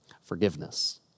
forgiveness